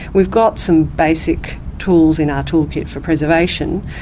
we've got some basic tools in our toolkit for preservation.